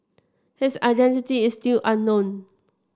his identity is still unknown